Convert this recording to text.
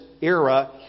era